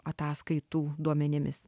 ataskaitų duomenimis